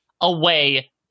away